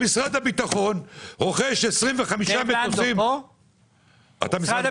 הביטחון רוכש 25 מטוסים מג'נרל